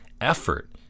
effort